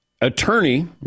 attorney